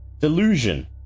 delusion